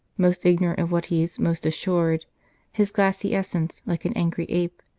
most ignorant of what he s most assured his glassy essence like an angry ape,